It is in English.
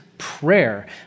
prayer